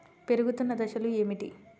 పెరుగుతున్న దశలు ఏమిటి?